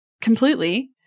completely